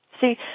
See